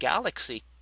galaxy